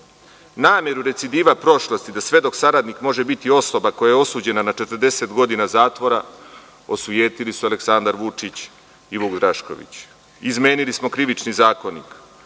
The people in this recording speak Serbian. gorka. Nameru recidiva prošlosti, da svedok saradnik može biti osoba koja je osuđena na 40 godina zatvora, osujetili su Aleksandar Vučić i Vuk Drašković. Izmenili smo krivični zakonik.